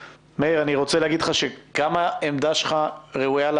אני רוצה להגיד לך שהעמדה שלך ראויה מאוד